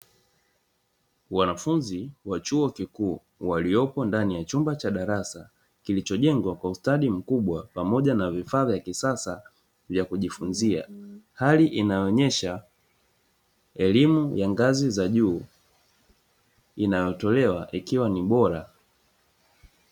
Wanafunzi wa chuo kikuu walioko ndani ya chumba cha darasa kilichojengwa kwa ustadi mkubwa, pamoja na vifaa vya kisasa vya kujifunzia. Hali inaonyesha elimu ya ngazi za juu inayotolewa ikiwa ni bora.